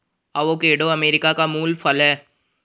avocado America का मूल फल है